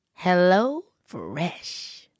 HelloFresh